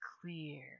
clear